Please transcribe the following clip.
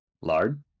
Lard